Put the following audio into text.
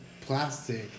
plastic